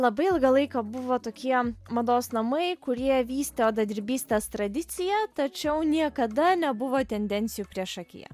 labai ilgą laiką buvo tokie mados namai kurie vystė odadirbistės tradiciją tačiau niekada nebuvo tendencijų priešakyje